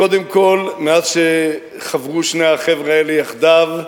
קודם כול, מאז חברו שני החבר'ה האלה יחדיו,